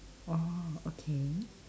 oh okay